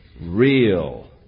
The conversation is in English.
real